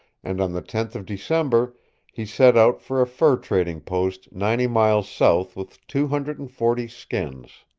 and on the tenth of december he set out for a fur-trading post ninety miles south with two hundred and forty skins.